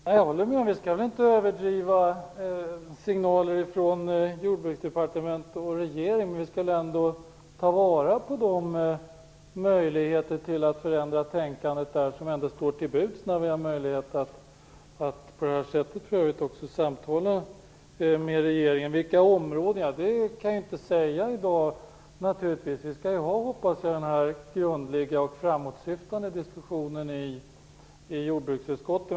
Herr talman! Jag håller med om att vi inte skall överdriva signaler från Jordbruksdepartement och regering, men vi skall väl ta vara på de möjligheter att förändra tänkandet som står till buds när vi har möjlighet att på detta sätt samtala med regeringens företrädare. Vilka områden som kan komma i fråga kan jag naturligtvis inte säga i dag. Jag hoppas att vi skall ha en grundlig och framåtsyftande diskussion i jordbruksutskottet.